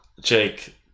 Jake